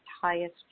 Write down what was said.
highest